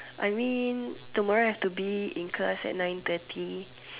I mean tomorrow I have to be in class at nine thirty